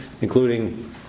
including